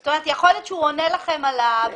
זאת אומרת, יכול להיות שהוא עונה לכם על הבעיה.